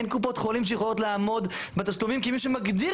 אין קופות חולים שיכולות לעמוד בתשלומים כי מי שמגדיר